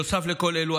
נוסף לכל אלו,